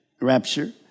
rapture